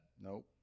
Nope